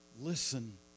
Listen